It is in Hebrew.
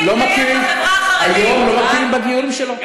לא היו מכירים בגיור שלה.